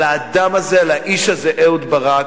על האדם הזה, על האיש הזה, אהוד ברק,